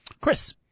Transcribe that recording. Chris